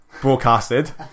broadcasted